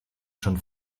schon